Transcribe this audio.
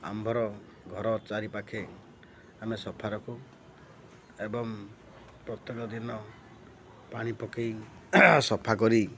ଆମ୍ଭର ଘର ଚାରିପାଖେ ଆମେ ସଫା ରଖୁ ଏବଂ ପ୍ରତ୍ୟେକ ଦିନ ପାଣି ପକାଇ ସଫା କରି